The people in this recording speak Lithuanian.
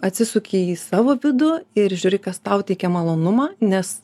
atsisuki į savo vidų ir žiūri kas tau teikia malonumą nes